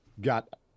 got